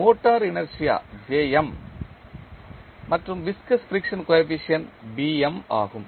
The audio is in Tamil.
மோட்டார் இனர்ஷியா மற்றும் விஸ்கஸ் ஃபிரிக்சன் கோஎபிசியன்ட் ஆகும்